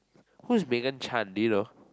who's Megan-Chan do you know